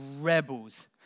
rebels